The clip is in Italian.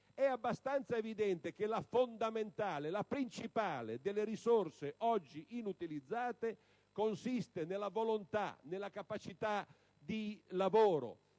è abbastanza evidente che la fondamentale e la principale delle risorse oggi inutilizzate consiste nella volontà, nella capacità di lavoro,